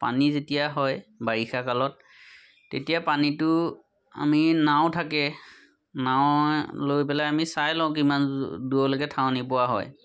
পানী যেতিয়া হয় বাৰিষা কালত তেতিয়া পানীটো আমি নাও থাকে নাও লৈ পেলাই আমি চাই লওঁ কিমান দূৰলৈকে ঠাৱনি পোৱা হয়